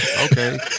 okay